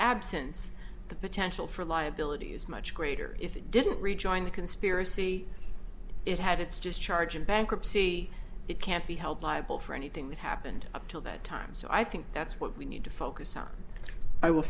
absence the potential for liability is much greater if it didn't rejoin the conspiracy it had it's just charge and bankruptcy it can't be held liable for anything that happened up till that time so i think that's what we need to focus on i will